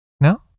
No